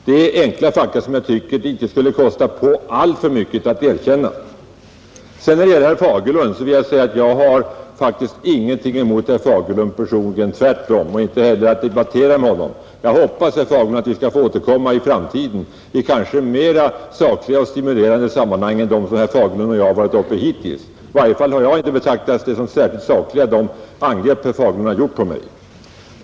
Det är enkla fakta som jag tycker att det inte skulle kosta på alltför mycket att erkänna, Herr Fagerlund har jag ingenting emot personligen, tvärtom, och inte heller har jag någonting emot att debattera med honom. Jag hoppas, herr Fagerlund, att vi skall få återkomma i framtiden i kanske mera sakliga och stimulerande sammanhang än de som vi hittills har varit uppe i. I varje fall har jag inte betraktat de angrepp som herr Fagerlund har gjort på mig som särskilt sakliga.